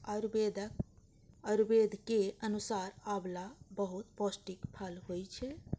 आयुर्वेदक अनुसार आंवला बहुत पौष्टिक फल होइ छै